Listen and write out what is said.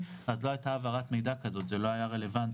אז לא הייתה העברת מידע בהיקף כזה כי זה לא היה רלוונטי.